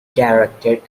directed